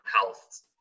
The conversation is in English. health